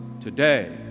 today